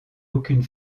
aucune